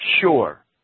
sure